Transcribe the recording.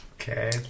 Okay